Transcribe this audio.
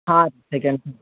ಹಾಂ